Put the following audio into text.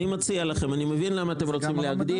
אני מבין למה אתם רוצים להקדים,